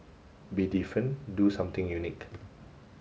be different do something unique